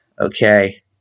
Okay